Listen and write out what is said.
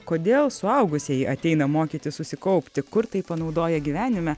kodėl suaugusieji ateina mokytis susikaupti kur tai panaudoja gyvenime